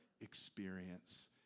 experience